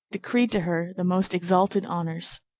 decreed to her the most exalted honors.